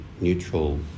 neutral